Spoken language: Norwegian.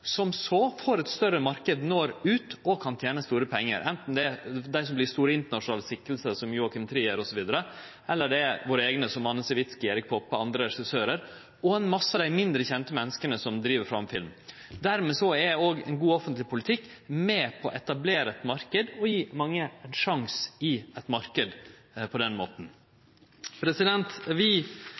som så får ein større marknad, når ut og kan tene store pengar – enten det er dei som vert store internasjonale filmfolk, som Joachim Trier osv., eller det er våre eigne, som Anne Sewitsky, Erik Poppe og andre regissørar, og mange av dei mindre kjende menneska som driv fram film. Dermed er god offentleg politikk òg med på å etablere ein marknad og gje mange ein sjanse i ein marknad på den måten. Vi